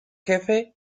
jefe